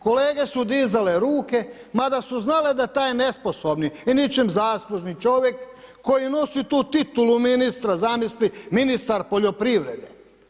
Kolege su dizale ruke mada su znale da je taj nesposobni i ničim zaslužni čovjek koji nosi tu titulu ministra zamisli, ministar poljoprivrede.